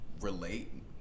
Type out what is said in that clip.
relate